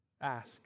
Ask